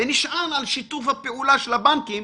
ונשען על שיתוף הפעולה של הבנקים